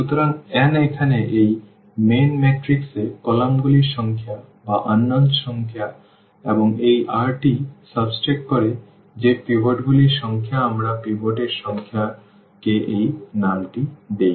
সুতরাং n এখানে এই প্রধান ম্যাট্রিক্স এ কলামগুলির সংখ্যা বা অজানা সংখ্যা এবং এই r টি বিয়োগ করে যে পিভটগুলির সংখ্যা আমরা পিভট এর সংখ্যা কে এই নামটি দিই